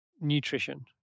Nutrition